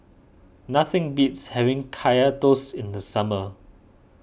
nothing beats having Kaya Toast in the summer